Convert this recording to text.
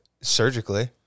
surgically